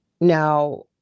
Now